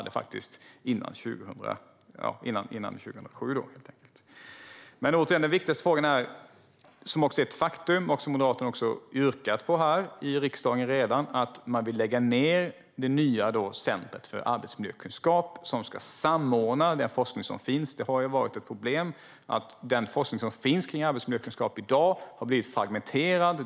Den viktigaste frågan är dock, återigen, en annan. Det är ett faktum - och Moderaterna har redan yrkat på detta här i riksdagen - att man vill lägga ned det nya centret för arbetsmiljökunskap som ska samordna den forskning som finns. Det har ju varit ett problem att den forskning som finns kring arbetsmiljökunskap i dag har blivit fragmenterad.